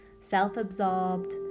self-absorbed